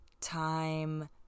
time